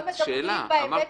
אמרת שאלה.